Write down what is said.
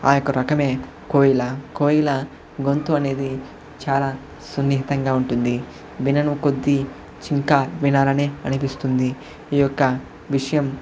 ఆ యొక్క రకమే కోయిల కోయిల గొంతు అనేది చాలా సున్నితంగా ఉంటుంది వినను కొద్ది ఇంకా వినాలని అనిపిస్తుంది ఈ యొక్క విషయం